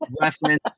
reference